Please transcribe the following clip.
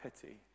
pity